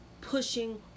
pushing